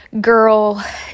girl